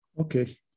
Okay